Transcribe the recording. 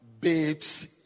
babes